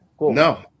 No